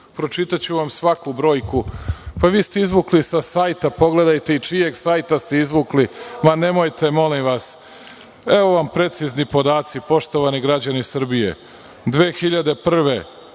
Pročitaću vam svaku brojku. Izvukli ste sa sajta, pogledajte i sa čijeg sajta ste izvukli. Nemojte molim vas. Evo vam precizni podaci poštovani građani Srbije.